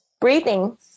Breathing